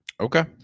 Okay